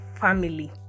family